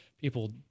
people